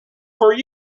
for